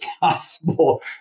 possible